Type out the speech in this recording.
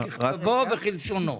ככתבו וכלשונו.